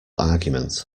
argument